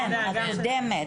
כן, קודמת.